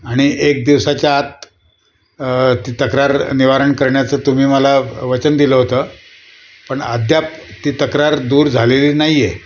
आणि एक दिवसाच्या आत ती तक्रार निवारण करण्याचं तुम्ही मला वचन दिलं होतं पण अद्याप ती तक्रार दूर झालेली नाही आहे